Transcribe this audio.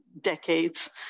decades